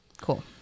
cool